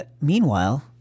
Meanwhile